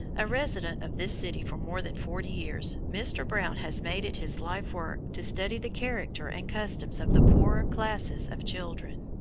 a resident of this city for more than forty years, mr. brown has made it his life-work to study the character and customs of the poorer classes of children.